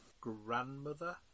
Grandmother